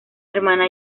hermana